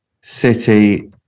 City